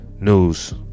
News